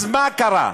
אז מה קרה?